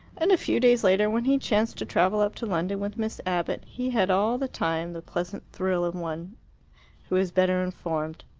and a few days later, when he chanced to travel up to london with miss abbott, he had all the time the pleasant thrill of one who is better informed.